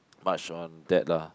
much on that lah